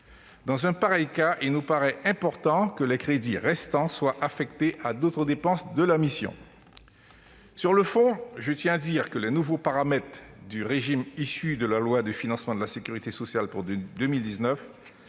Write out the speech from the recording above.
En pareil cas, il nous paraît important que les crédits restants soient affectés à d'autres dépenses de la mission. Sur le fond, je tiens à le dire, les nouveaux paramètres du régime issu de la loi de financement de la sécurité sociale pour 2019